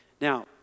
now